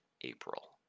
april